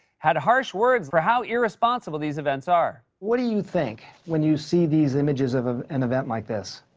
had harsh words for how irresponsible these events are. what do you think when you see these images of an event like this?